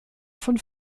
von